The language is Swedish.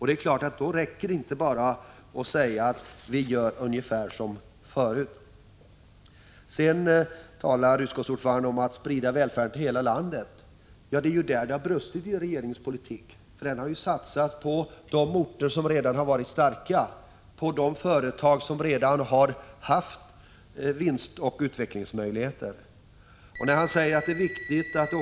Det är klart att det då inte räcker med att bara säga att vi skall göra ungefär som vi har gjort förut. Utskottsordföranden talar om att sprida välfärden till hela landet. Det är ju där som det har brustit i regeringspolitiken! Den har satsat på de orter som redan har varit starka och på de företag som redan har haft vinstoch utvecklingsmöjligheter. När utskottets ordförande säger att utformningen av politiken på andra — Prot.